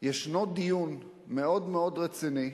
שישנו דיון מאוד-מאוד רציני,